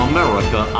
America